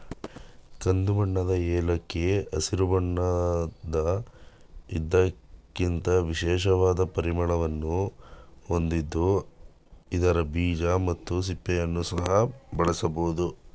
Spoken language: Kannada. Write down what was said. ಕಂದುಬಣ್ಣದ ಏಲಕ್ಕಿ ಹಸಿರು ಬಣ್ಣದ ಇದಕ್ಕಿಂತ ವಿಶಿಷ್ಟವಾದ ಪರಿಮಳವನ್ನು ಹೊಂದಿದ್ದು ಇದರ ಬೀಜ ಮತ್ತು ಸಿಪ್ಪೆಯನ್ನು ಸಹ ಬಳಸಬೋದು